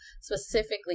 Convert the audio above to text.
specifically